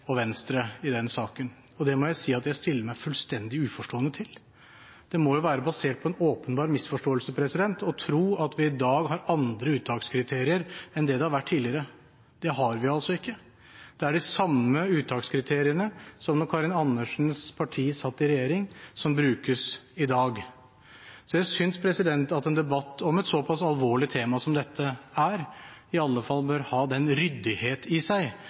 og Venstre i denne saken. Det må jeg si at jeg stiller meg fullstendig uforstående til. Det må jo være basert på en åpenbar misforståelse å tro at vi i dag har andre uttakskriterier enn det det har vært tidligere. Det har vi altså ikke. Det er de samme uttakskriteriene som da Karin Andersens parti satt i regjering, som brukes i dag. Jeg synes at en debatt om et såpass alvorlig tema som dette er, iallfall bør ha den ryddighet i seg